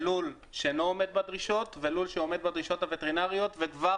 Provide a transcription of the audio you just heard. ללול שאינו עומד בדרישות ולול שעומד בדרישות הווטרינריות וכבר